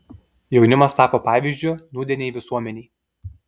jaunimas tapo pavyzdžiu nūdienei visuomenei